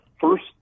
first